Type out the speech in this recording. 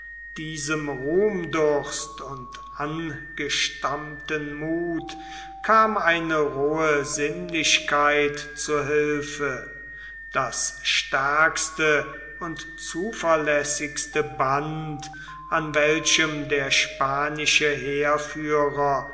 diesem ruhmdurst und angestammten muth kam eine rohe sinnlichkeit zu hilfe das stärkste und zuverlässigste band an welchem der spanische heerführer